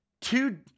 Two